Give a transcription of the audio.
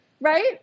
right